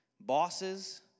bosses